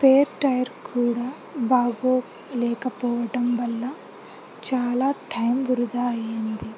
spare tyre కూడా బాగోలేకపోవటం వల్ల చాలా టైమ్ వృధా అయ్యింది